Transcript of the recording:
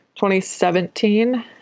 2017